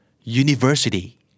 University